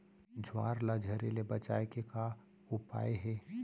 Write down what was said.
ज्वार ला झरे ले बचाए के का उपाय हे?